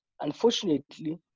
Unfortunately